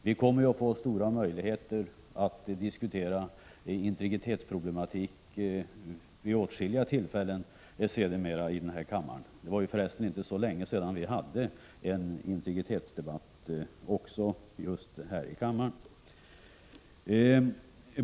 Vi kommer att få stora möjligheter att diskutera integritetsproblematiken vid åtskilliga tillfällen sedermera i denna kammare. Det var förresten inte så länge sedan som vi här hade en integritetsdebatt.